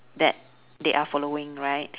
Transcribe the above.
that they are following right